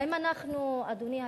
אדוני היושב-ראש,